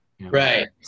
right